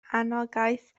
anogaeth